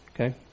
okay